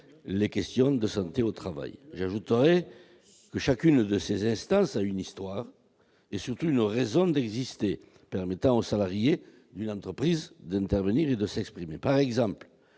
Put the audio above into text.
les questions de santé au travail. J'ajoute que chacune de ces instances a une histoire et surtout une raison d'exister, permettant aux salariés d'une entreprise d'intervenir et de s'exprimer. Par exemple,